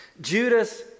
Judas